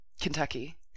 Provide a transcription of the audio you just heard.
Kentucky